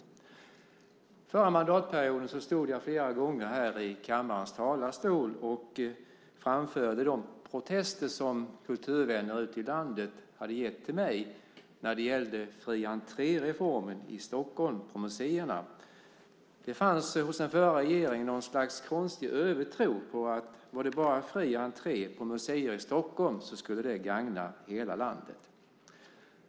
Under förra mandatperioden stod jag flera gånger här i kammarens talarstol och framförde de protester som kulturvänner ute i landet hade gett till mig när det gällde fri-entré-reformen på museerna i Stockholm. Det fanns hos den förra regeringen något slags konstig övertro på att om det bara var fri entré på museer i Stockholm så skulle det gagna hela landet.